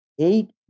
eight